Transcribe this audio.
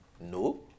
No